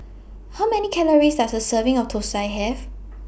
How Many Calories Does A Serving of Thosai Have